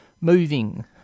moving